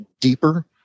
deeper